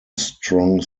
strong